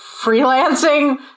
freelancing